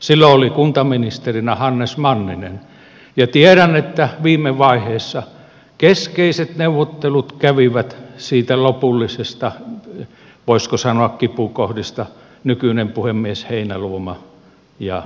silloin oli kuntaministerinä hannes manninen ja tiedän että viime vaiheessa keskeiset neuvottelut lopullisista voisiko sanoa kipukohdista kävivät nykyinen puhemies heinäluoma ja ministeri hannes manninen